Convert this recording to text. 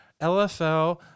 LFL